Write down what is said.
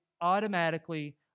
automatically